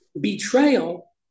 betrayal